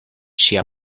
ŝia